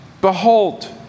Behold